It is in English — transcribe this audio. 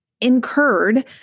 incurred